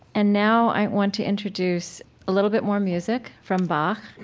and now i want to introduce a little bit more music from bach,